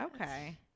Okay